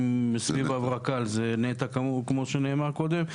סביב הרק"ל זה נת"ע כמו שנאמר קודם,